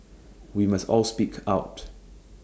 we must all speak out